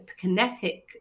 kinetic